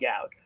out